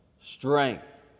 strength